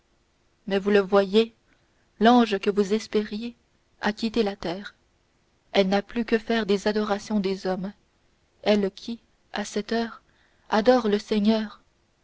mais vous le voyez l'ange que vous espériez a quitté la terre elle n'a plus que faire des adorations des hommes elle qui à cette heure adore le seigneur